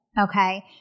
Okay